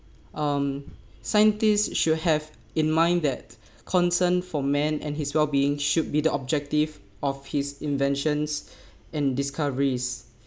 erm scientists should have in mind that concern for man and his well-being should be the objective of his inventions and discoveries